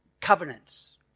covenants